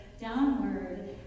downward